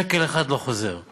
שקל אחד לא חוזר,